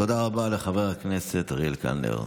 תודה רבה לחבר הכנסת אריאל קלנר.